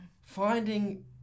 finding